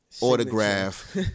Autograph